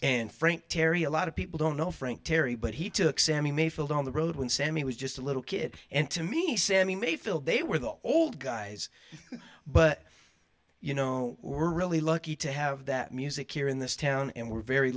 and frank terry a lot of people don't know frank terry but he took sammy mayfield on the road when sammy was just a little kid and to me sammy mayfield they were the old guys but you know we're really lucky to have that music here in this town and we're very